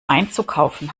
einzukaufen